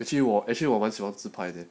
actually 我 actually 我很喜欢自拍